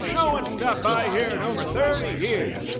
no one's stopped by here in over thirty years.